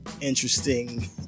interesting